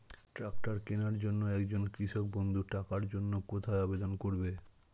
Tractor কিনার জন্য একজন কৃষক বন্ধু টাকার জন্য কোথায় আবেদন করবে?